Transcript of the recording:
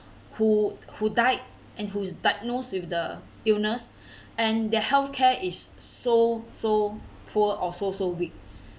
who who died and who's diagnosed with the illness and their health care is so so poor or so so weak